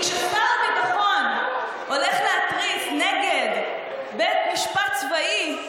כי כששר הביטחון הולך להתריס נגד בית משפט צבאי,